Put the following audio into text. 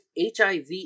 hiv